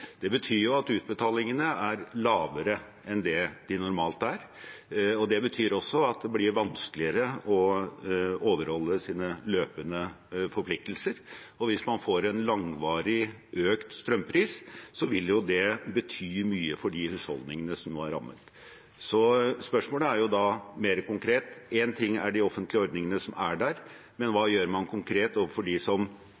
Det betyr at utbetalingene er lavere enn de normalt er. Det betyr også at det blir vanskeligere å overholde sine løpende forpliktelser. Hvis man får en langvarig økt strømpris, vil det bety mye for de husholdningene som nå er rammet. Spørsmålet er mer konkret: Én ting er de offentlige ordningene som er der, men hva